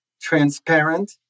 transparent